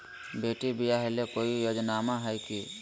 बेटी ब्याह ले कोई योजनमा हय की?